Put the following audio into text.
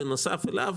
בנוסף אליו,